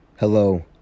Hello